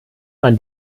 man